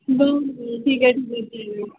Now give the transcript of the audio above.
ठीक आहे